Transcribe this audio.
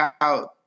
out